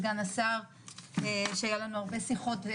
על סגן השר שהיו לנו הרבה שיחות.